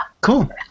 Cool